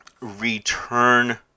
return